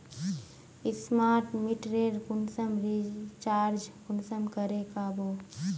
Smart मीटरेर कुंसम recharge कुंसम करे का बो?